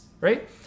right